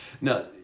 Now